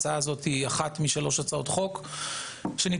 ההצעה הזאת היא אחת משלוש הצעות חוק שנדרשות